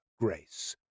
grace